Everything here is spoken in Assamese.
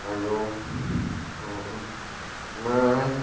আৰু আমাৰ